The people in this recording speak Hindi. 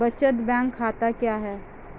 बचत बैंक खाता क्या है?